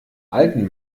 alten